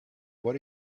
what